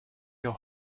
your